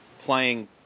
playing